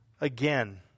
again